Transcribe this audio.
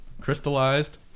crystallized